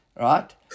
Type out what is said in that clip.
Right